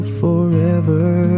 forever